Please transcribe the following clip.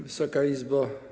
Wysoka Izbo!